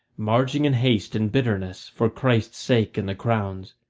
marching in haste and bitterness for christ's sake and the crown's.